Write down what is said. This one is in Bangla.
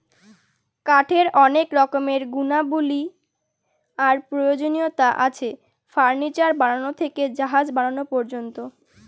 কাঠের অনেক রকমের গুণাবলী আর প্রয়োজনীয়তা আছে, ফার্নিচার বানানো থেকে জাহাজ বানানো পর্যন্ত